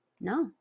no